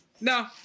No